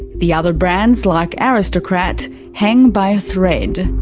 the other brands like aristocrat hang by a thread.